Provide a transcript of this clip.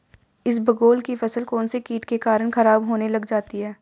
इसबगोल की फसल कौनसे कीट के कारण खराब होने लग जाती है?